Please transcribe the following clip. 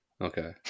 Okay